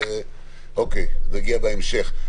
נגיע לזה בהמשך.